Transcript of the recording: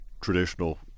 traditional